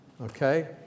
Okay